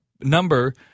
number